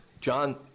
John